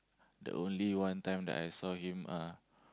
the only one time that I saw him uh